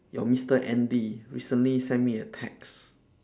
your mister andy recently send me a text